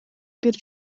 бир